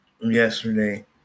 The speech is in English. yesterday